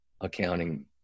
accounting